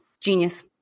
Genius